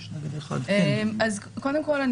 אז קודם כול,